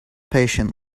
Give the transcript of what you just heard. patient